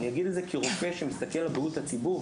אני אגיד את זה כרופא שמסתכל על בריאות הציבור,